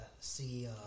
see